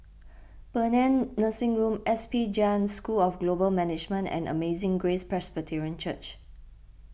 Paean Nursing Rome S P Jain School of Global Management and Amazing Grace Presbyterian Church